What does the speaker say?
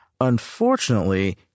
Unfortunately